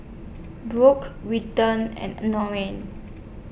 Brock Wilton and Nora